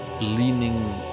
leaning